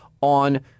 on